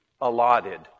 allotted